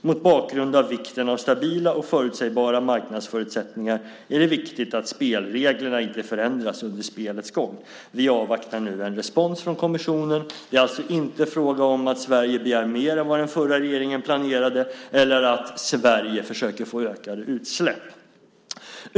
Mot bakgrund av vikten av stabila och förutsägbara marknadsförutsättningar är det viktigt att spelreglerna inte förändras under spelets gång. Vi avvaktar nu en respons från kommissionen. Det är alltså inte fråga om att Sverige begär mer än vad den förra regeringen planerade eller att "Sverige försöker få ökade utsläpp".